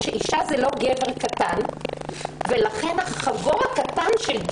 שאישה היא לא גבר קטן ולכן החגור הקטן,